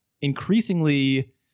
increasingly